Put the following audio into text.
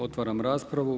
Otvaram raspravu.